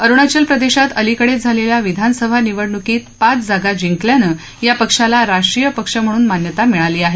अरुणाचल प्रदेशात अलीकडेच झालेल्या विधानसभा निवडणुकीत पाच जागा जिंकल्यानं या पक्षाला राष्ट्रीय पक्ष म्हणून मान्यता मिळाली आहे